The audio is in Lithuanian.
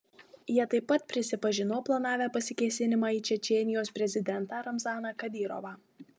jie taip pat prisipažino planavę pasikėsinimą į čečėnijos prezidentą ramzaną kadyrovą